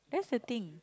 that's the thing